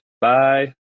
Bye